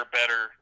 better